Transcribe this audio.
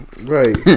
Right